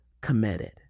committed